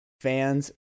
fans